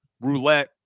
roulette